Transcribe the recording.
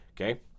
Okay